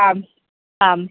ആം ആം